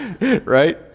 right